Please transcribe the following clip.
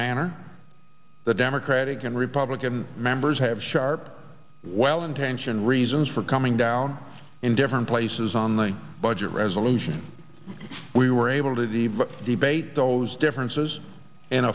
manner the democratic and republican members have sharp well intentioned reasons for coming down in different places on the budget resolution we were able to the debate those differences in